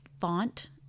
font